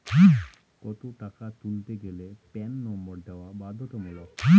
কত টাকা তুলতে গেলে প্যান নম্বর দেওয়া বাধ্যতামূলক?